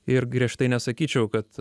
ir griežtai nesakyčiau kad